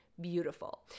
beautiful